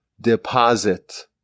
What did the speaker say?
deposit